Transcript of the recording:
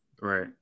Right